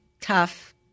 tough